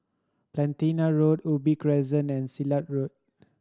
Platina Road Ubi Crescent and Silat Road